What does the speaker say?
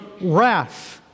wrath